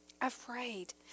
Afraid